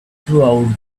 throughout